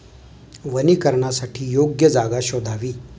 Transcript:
वनीकरणासाठी योग्य जागा शोधावी